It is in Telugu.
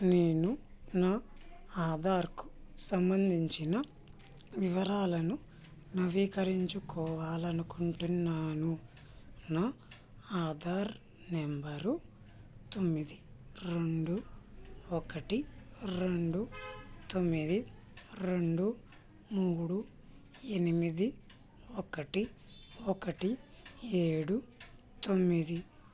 నేను నా ఆధార్కు సంబంధించిన వివరాలను నవీకరించుకోవాలి అనుకుంటున్నాను నా ఆధార్ నెంబరు తొమ్మిది రెండు ఒకటి రెండు తొమ్మిది రెండు మూడు ఎనిమిది ఒకటి ఒకటి ఏడు తొమ్మిది